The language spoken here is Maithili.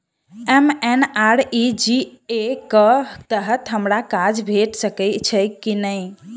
एम.एन.आर.ई.जी.ए कऽ तहत हमरा काज भेट सकय छई की नहि?